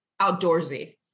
Outdoorsy